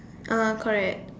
ah correct